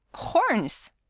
horns!